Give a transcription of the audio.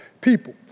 people